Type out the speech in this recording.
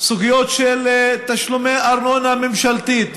סוגיות של תשלומי ארנונה ממשלתית.